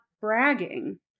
bragging